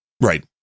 Right